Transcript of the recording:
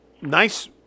nice